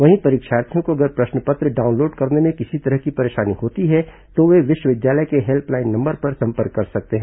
वहीं परीक्षार्थियों को अगर प्रश्न पत्र डाउनलोड करने में किसी तरह की परेशानी होती है तो वे विश्वविद्यालय के हेल्पलाइन नंबर पर संपर्क कर सकते हैं